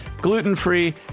gluten-free